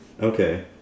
okay